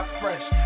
fresh